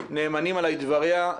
נאמנים עליי דבריה,